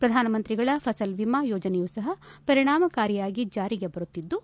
ಪ್ರಧಾನಮಂತ್ರಿಗಳ ಫಸಲು ವಿಮಾ ಯೋಜನೆಯೂ ಸಹ ಪರಿಣಾಮಕಾರಿಯಾಗಿ ಜಾರಿಗೆ ಬರುತ್ತಿದ್ದು